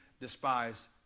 despise